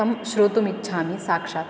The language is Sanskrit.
तं श्रोतुम् इच्छामि साक्षात्